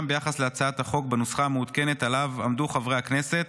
ביחס להצעת לחוק בנוסחה המעודכן שעליה עמדו חברי הכנסת,